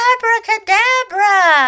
Abracadabra